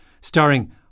starring